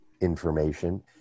information